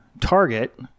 Target